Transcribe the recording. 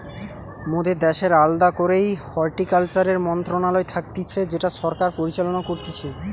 মোদের দ্যাশের আলদা করেই হর্টিকালচারের মন্ত্রণালয় থাকতিছে যেটা সরকার পরিচালনা করতিছে